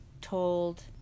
told